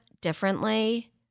differently